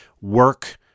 work